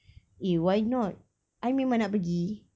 eh why not I memang nak pergi